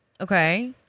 Okay